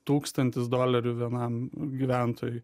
tūkstantis dolerių vienam gyventojui